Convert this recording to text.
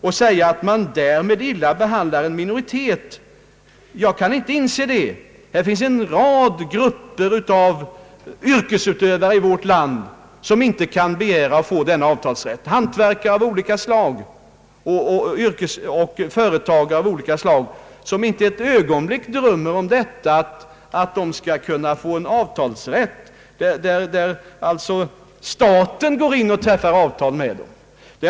Jag kan inte inse riktigheten i påståendet att man behandlar en minoritet illa på grund av detta. Det finns en rad grupper av yrkesutövare i vårt land som inte kan begära att få en sådan avtalsrätt. Det finns hantverkare och företagare av olika slag som inte ett ögonblick drömmer om att kunna få rätt att träffa avtal med staten.